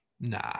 nah